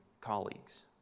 colleagues